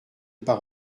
par